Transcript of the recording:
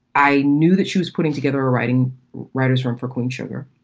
i knew that she was putting together a writing writer's room for queen sugar,